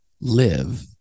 live